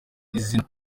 izina